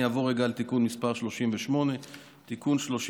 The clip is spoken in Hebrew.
אני אעבור רגע על תיקון מס' 38. תיקון מס'